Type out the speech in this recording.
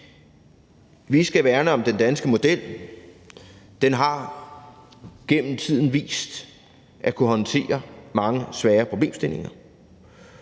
Vi skal værne om den danske model. Den har gennem tiden vist at kunne håndtere mange svære problemstillinger,